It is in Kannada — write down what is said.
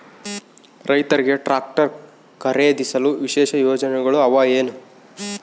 ರೈತರಿಗೆ ಟ್ರಾಕ್ಟರ್ ಖರೇದಿಸಲು ವಿಶೇಷ ಯೋಜನೆಗಳು ಅವ ಏನು?